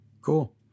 cool